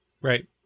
Right